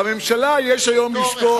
לממשלה יש היום לשקול,